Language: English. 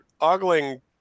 ogling